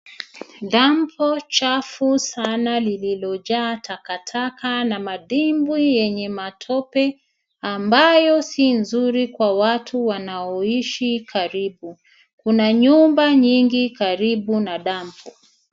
Damp chafu kubwa sana lililojaa takataka na madimbwi yenye matope ambayo si nzuri kwa watu wanaoishi karibu. Kuna nyumba nyingi karibu na dampu .